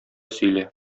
сөйлә